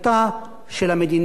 באמצעות הממשלה,